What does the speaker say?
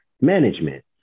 Management